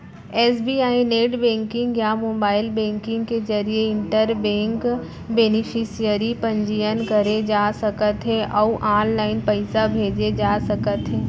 SBI net banking या mobile banking के जरिए इंटर बेंक बेनिफिसियरी पंजीयन करे जा सकत हे अउ ऑनलाइन पइसा भेजे जा सकत हे